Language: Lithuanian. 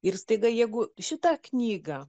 ir staiga jeigu šitą knygą